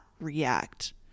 react